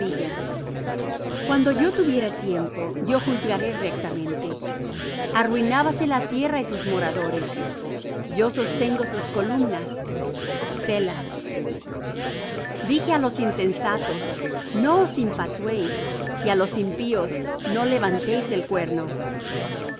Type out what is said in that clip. cuando yo tuviere tiempo yo juzgaré rectamente arruinábase la tierra y sus moradores yo sostengo sus columnas selah dije á los insensatos no os infatuéis y á los impíos no levantéis el cuerno